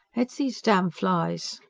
it's these damn flies.